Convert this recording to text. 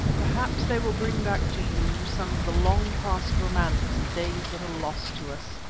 perhaps they will bring back to you some of the long past romance of days that are lost to us.